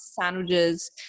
sandwiches